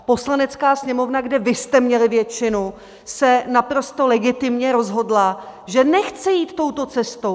Poslanecká sněmovna, kde vy jste měli většinu, se naprosto legitimně rozhodla, že nechce jít touto cestou.